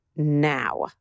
now